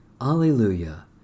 Alleluia